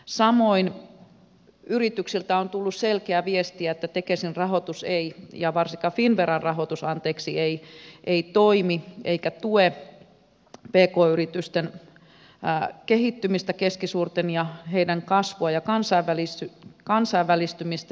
samoin yrityksiltä on tullut selkeää viestiä että varsinkaan finnveran rahoitus ei toimi eikä tue pk yritysten keskisuurten yritysten kehittymistä ja niiden kasvua ja kansainvälistymistä